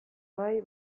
bai